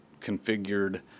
configured